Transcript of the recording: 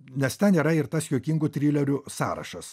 nes ten yra ir tas juokingų trilerių sąrašas